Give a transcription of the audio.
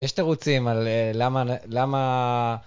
יש תירוצים על למה, למה.